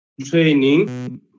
training